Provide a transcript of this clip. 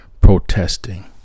protesting